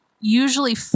usually